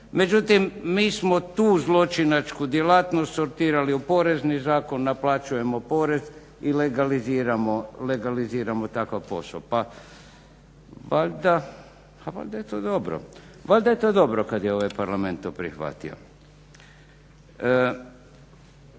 Međutim, mi smo tu zločinačku djelatnost sortirali u Porezni zakon, naplaćujemo porez i legaliziramo takav posao. Pa valjda je to dobro. Valjda je to dobro kad je ovaj Parlament to prihvatio.